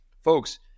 Folks